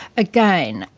again,